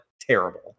terrible